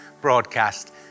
broadcast